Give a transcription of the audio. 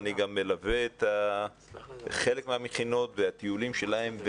אני גם מלווה חלק מהמכינות ואת הטיולים שלהם,